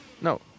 no